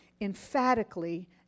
Emphatically